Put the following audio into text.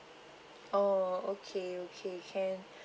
oh okay okay can